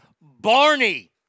Barney